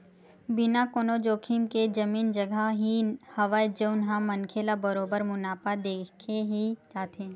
बिना कोनो जोखिम के जमीन जघा ही हवय जउन ह मनखे ल बरोबर मुनाफा देके ही जाथे